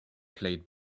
played